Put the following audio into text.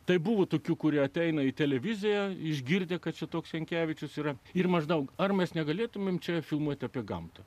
tai buvo tokių kurie ateina į televiziją išgirdę kad šitoks jankevičius yra ir maždaug ar mes negalėtumėme čia filmuoti apie gamtą